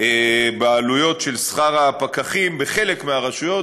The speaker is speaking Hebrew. בעלויות של שכר הפקחים בחלק מהרשויות,